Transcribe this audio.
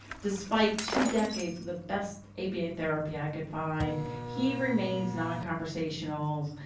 despite two decades of the best aba therapy i could find, he remains non conversational.